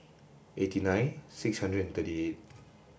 eighty nine six hundred and